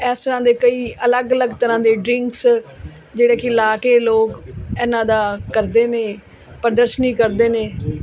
ਇਸ ਤਰ੍ਹਾਂ ਦੇ ਕਈ ਅਲੱਗ ਅਲੱਗ ਤਰ੍ਹਾਂ ਦੇ ਡਰਿੰਕਸ ਜਿਹੜੇ ਕਿ ਲਾ ਕੇ ਲੋਕ ਇਹਨਾਂ ਦਾ ਕਰਦੇ ਨੇ ਪ੍ਰਦਰਸ਼ਨੀ ਕਰਦੇ ਨੇ